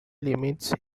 limits